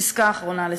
פסקה אחרונה לסיום: